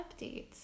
updates